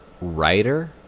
writer